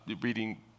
reading